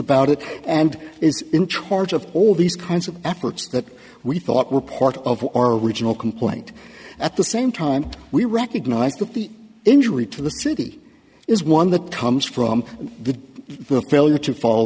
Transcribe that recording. about it and its interest of all these kinds of efforts that we thought were part of our original complaint at the same time we recognize that the injury to the city is one that comes from the failure to foll